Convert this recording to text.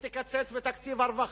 היא תקצץ בתקציב הרווחה,